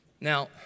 Now